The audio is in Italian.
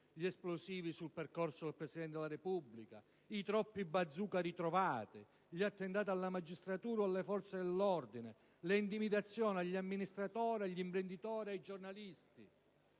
di esplosivo sul percorso del Presidente della Repubblica, i troppi bazooka ritrovati, gli attentati alla magistratura o alle forze dell'ordine, le intimidazioni agli amministratori, agli imprenditori e ai giornalisti